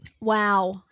Wow